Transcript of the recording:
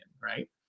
right